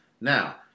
Now